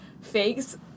fakes